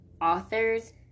authors